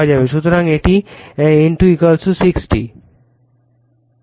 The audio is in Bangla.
সুতরাং এটি N2 60